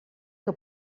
que